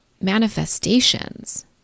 manifestations